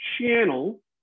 channel